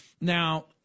Now